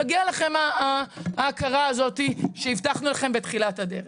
מגיעה לכם ההכרה הזאת שהבטחנו לכם בתחילת הדרך.